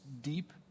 deep